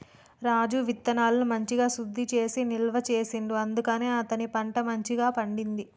రాజు విత్తనాలను మంచిగ శుద్ధి చేసి నిల్వ చేసిండు అందుకనే అతని పంట మంచిగ పండింది